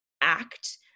act